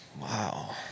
Wow